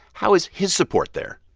how is his support there?